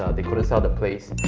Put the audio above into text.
ah they couldn't sell the place,